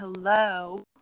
Hello